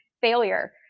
failure